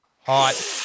Hot